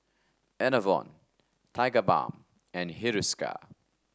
Enervon Tigerbalm and Hiruscar